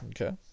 Okay